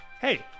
Hey